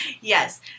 Yes